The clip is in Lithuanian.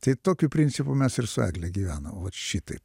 tai tokiu principu mes ir su egle gyvenam vat šitaip